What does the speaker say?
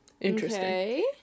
Interesting